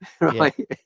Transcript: Right